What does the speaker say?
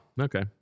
Okay